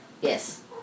Yes